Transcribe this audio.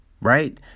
right